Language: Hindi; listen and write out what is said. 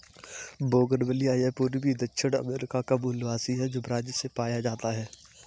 बोगनविलिया यह पूर्वी दक्षिण अमेरिका का मूल निवासी है, जो ब्राज़ से पाया जाता है